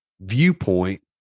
viewpoint